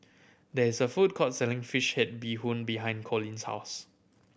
there is a food court selling fish head bee hoon behind Colleen's house